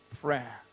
prayer